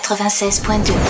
96.2